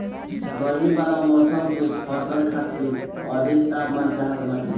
गरमी वाला मौसम के फसल खातिर अधिक तापमान चाहत बाटे